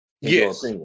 Yes